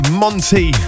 monty